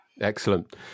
Excellent